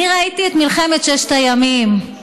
אני ראיתי את מלחמת ששת הימים.